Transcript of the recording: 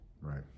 right